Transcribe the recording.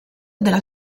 della